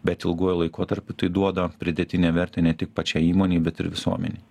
bet ilguoju laikotarpiu tai duoda pridėtinę vertę ne tik pačiai įmonei bet ir visuomenei